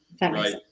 Right